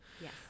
Yes